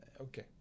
Okay